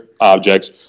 objects